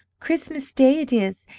christmas day it is,